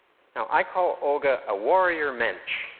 you know i call olga, a warrior mensch,